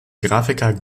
grafiker